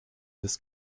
this